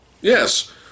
Yes